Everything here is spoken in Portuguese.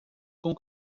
com